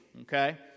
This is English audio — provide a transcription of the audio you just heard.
Okay